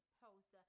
post